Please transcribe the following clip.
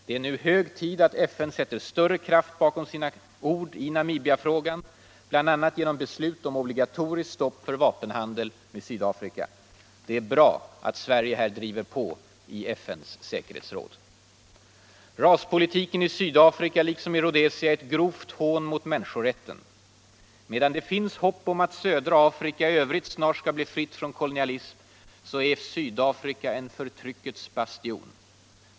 Det är nu hög tid att FN sätter större kraft bakom sina ord i Namibiafrågan, bl.a. genom beslut om obligatoriskt stopp för vapenhandel med Sydafrika. Det är bra att Sverige här driver på i FN:s säkerhetsråd. Raspolitiken i Sydafrika liksom i Rhodesia är ett grovt hån mot människorätten. Medan det finns hopp om att södra Afrika i övrigt snart skall bli fritt från kolonialism är Sydafrika en förtryckets bastion.